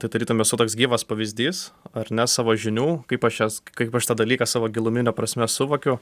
tai tarytum esu toks gyvas pavyzdys ar ne savo žinių kaip aš esu kaip aš tą dalyką savo gilumine prasme suvokiu